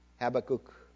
Habakkuk